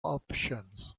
options